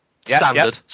Standard